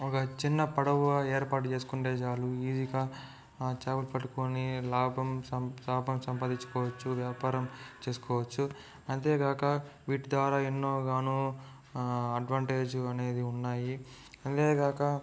ఒక చిన్న పడవ ఏర్పాటు చేసుకుంటే చాలు ఈజీ గా చాపలు పట్టుకొని లాభం చాపను సంపాదించుకోవచ్చు వ్యాపారం చేసుకోవచ్చు అంతేకాక వీటి ద్వారా ఎన్నో కాను అడ్వాంటేజ్ అనేవి ఉన్నాయి అదే కాక